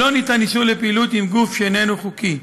לא ניתן אישור לפעילות עם גוף שאיננו חוקי,